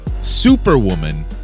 Superwoman